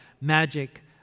magic